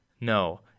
No